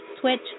Switch